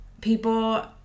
people